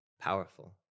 powerful